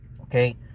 Okay